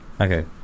Okay